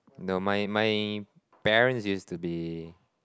no my my parents used to be